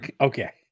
Okay